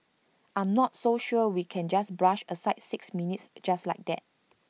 I'm not so sure we can just brush aside six minutes just like that